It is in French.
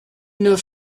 neuf